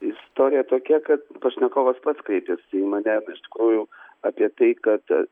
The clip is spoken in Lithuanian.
istorija tokia kad pašnekovas pats kreipėsi į mane iš tikrųjų apie tai kad